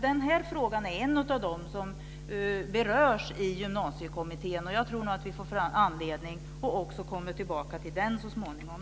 Den här frågan är en av dem som berörs i Gymnasiekommittén. Jag tror att vi får anledning att komma tillbaka till den så småningom.